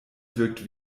wirkt